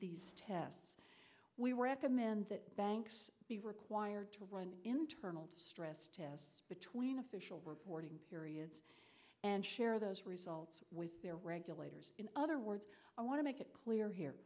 these tests we recommend that banks be required to run internal stress test between official reporting periods and share those results with their regulators in other words i want to make it clear here